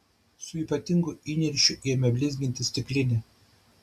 su ypatingu įniršiu ėmė blizginti stiklinę